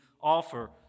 offer